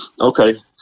Okay